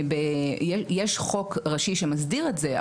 יש חוק ראשי שמסדיר את זה,